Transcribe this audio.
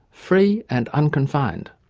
free, and unconfin'd'.